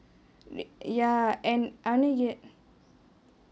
ya and அதுவும்:athuvum